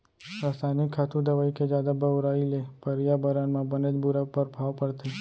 रसायनिक खातू, दवई के जादा बउराई ले परयाबरन म बनेच बुरा परभाव परथे